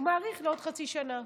הוא מאריך בעוד חצי שנה,